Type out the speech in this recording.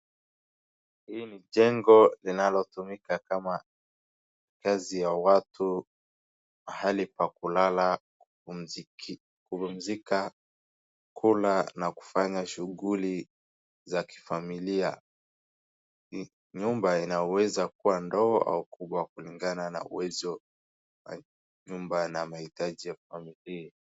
Hii ni jengo linalotumika kama kaazi ya watu, mahali pa kulala, kupumziki, kupumzika, kula na kufanya shughuli za kifamilia. N, nyumba inaweza kuwa ndogo au kubwa kulingana na uwezo wa, nyumba na mahitaji ya familia.